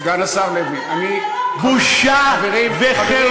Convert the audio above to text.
סגן השר לוי, אני, בושה וחרפה.